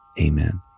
Amen